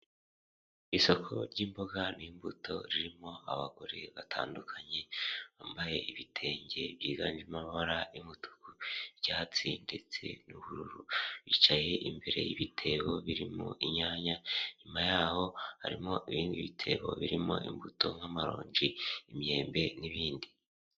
Isoko ry'imboga n'imbuto ririmo abagore batandukanye bambaye ibitenge byiganjemo amabara y'umutuku, icyatsi ndetse n'ubururu. Bicaye imbere y'ibitebo birimo inyanya, inyuma yaho harimo ibindi bitebo birimo imbuto nk'amarongi, imyembe n'ibindi.